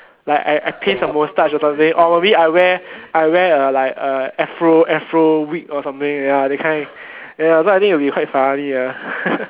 like I I paste a moustache or something or maybe I wear I wear a like a afro afro wig or something ya that kind then ya I think it'll be quite funny ah